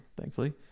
thankfully